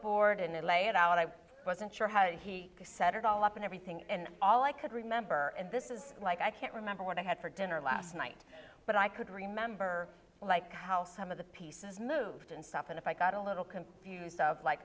board in it lay it out i wasn't sure how he set it all up and everything and all i could remember and this is like i can't remember what i had for dinner last night but i could remember like how some of the pieces moved and stuff and if i got a little confused